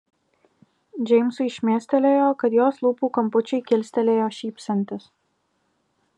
džeimsui šmėstelėjo kad jos lūpų kampučiai kilstelėjo šypsantis